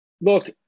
look